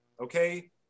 Okay